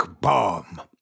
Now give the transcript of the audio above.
bomb